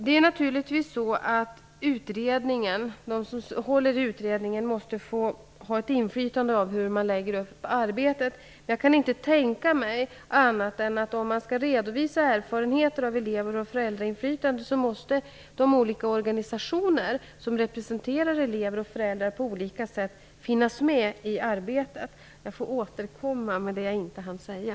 De som håller i utredningen måste naturligtvis ha ett inflytande över hur arbetet läggs upp. Om man skall redovisa erfarenheter av elev och föräldrainflytande måste de olika organisationer som på olika sätt representerar elever och föräldrar finnas med i arbetet. Jag kan inte tänka mig annat. Jag får återkomma med det jag inte hann säga.